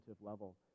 level